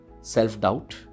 self-doubt